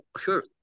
sure